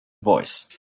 voice